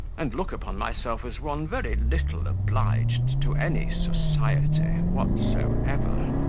and look upon myself as one very little obliged to any society whatsoever.